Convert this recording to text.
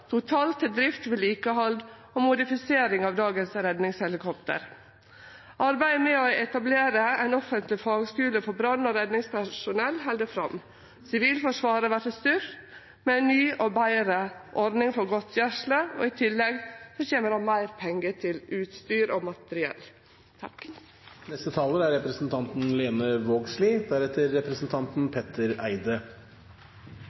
totalt til drift, vedlikehald og modifisering av dagens redningshelikopter. Arbeidet med å etablere ein offentleg fagskule for brann- og redningspersonell held fram. Sivilforsvaret vert styrkt med ei ny og betre ordning for godtgjersle, og i tillegg kjem det meir pengar til utstyr og materiell.